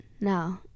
no